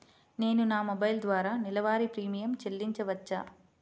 నేను నా మొబైల్ ద్వారా నెలవారీ ప్రీమియం చెల్లించవచ్చా?